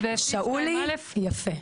שאולי, יפה.